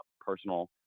personal